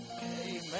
Amen